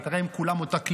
הרי הם כולם אותה קליקה.